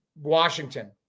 Washington